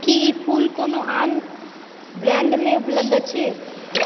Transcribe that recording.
की ई फूल कोनो आन ब्राण्डमे उपलब्ध अछि